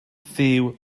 fyw